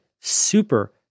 super